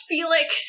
Felix